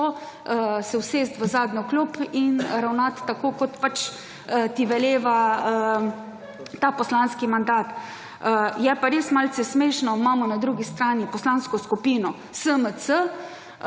so, se usesti v zadnjo klop in ravnati tako kot pač ti veleva ta poslanski mandat. Je pa res malce smešno. Imamo na drugi strani Poslansko skupino SMC.